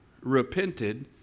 repented